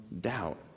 doubt